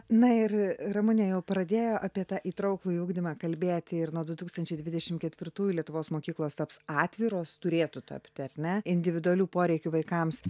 na ir ramunė jau pradėjo apie tą įtrauklųjį ugdymą kalbėti ir nuo du tūkstančiai dvidešim ketvirtųjų lietuvos mokyklos taps atviros turėtų tapti ar ne individualių poreikių vaikams